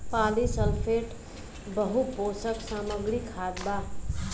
polysulphate बहुपोषक सामग्री खाद बा